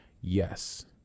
Yes